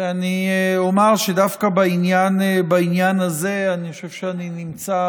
ואני אומר שדווקא בעניין הזה אני חושב שאני נמצא